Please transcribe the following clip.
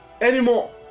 anymore